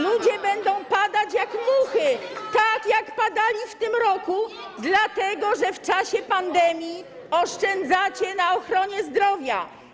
Ludzie będą padać jak muchy, tak jak padali w tym roku, dlatego że w czasie pandemii oszczędzacie na ochronie zdrowia.